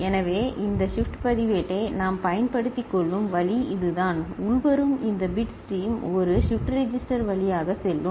எனவே இந்த ஷிப்ட் பதிவேட்டை நாம் பயன்படுத்திக் கொள்ளும் வழி இதுதான் உள்வரும் இந்த பிட் ஸ்ட்ரீம் ஒரு ஷிப்ட் ரெஜிஸ்டர் வழியாக செல்லும்